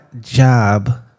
job